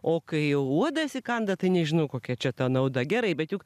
o kai uodas įkanda tai nežinau kokia čia ta nauda gerai bet juk